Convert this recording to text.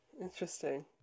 Interesting